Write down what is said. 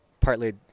partly